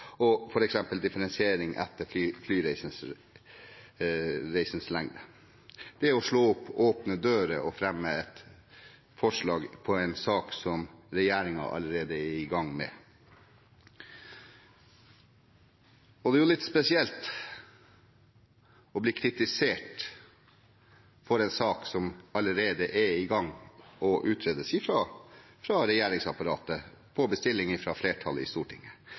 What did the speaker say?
og f.eks. differensiering etter flyreisens lengde. Det er å slå inn åpne dører å fremme et forslag i en sak som regjeringen allerede er i gang med. Det er litt spesielt å bli kritisert for en sak som allerede er i gang med å utredes av regjeringsapparatet, på bestilling fra flertallet i Stortinget.